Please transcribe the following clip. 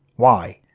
why?